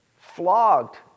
flogged